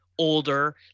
Older